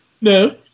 No